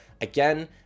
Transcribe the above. Again